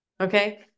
Okay